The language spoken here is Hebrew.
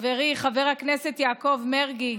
חברי חבר הכנסת יעקב מרגי,